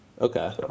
Okay